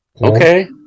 Okay